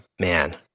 man